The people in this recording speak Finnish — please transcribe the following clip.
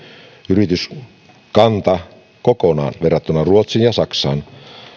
yrityskanta kokonaan verrattuna ruotsiin ja saksaan